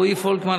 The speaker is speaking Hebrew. רועי פולקמן,